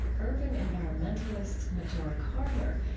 urban environmentalist majora carter,